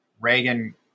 Reagan